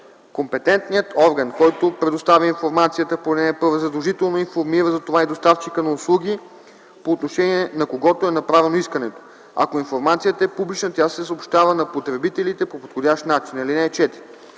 Компетентният орган, който предоставя информацията по ал. 1, задължително информира затова и доставчика на услуги, по отношение на когото е направено искането. Ако информацията е публична, тя се съобщава на потребителите по подходящ начин. (4)